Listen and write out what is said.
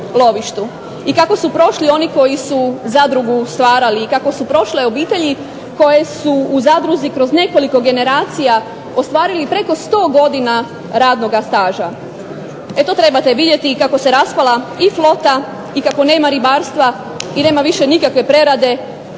i kako su prošli oni koji su zadrugu stvarali, i kako su prošle obitelji koje su u zadruzi kroz nekoliko generacija ostvarili preko 100 godina ranoga staža. E to trebate vidjeti, i kako se raspala i flota i kako nema ribarstva, i nema više nikakve prerade,